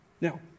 Now